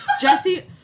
Jesse